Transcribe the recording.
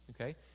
Okay